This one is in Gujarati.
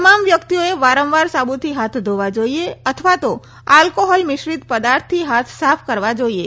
તમામ વ્યક્તિઓએ વારંવાર સાબુથી હાથ ધોવા જોઈએ અથવા તો આલ્કોહોલ મિશ્રિત પદાર્થથી હાથ સાફ કરવા જોઈએ